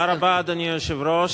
אדוני היושב-ראש,